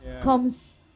comes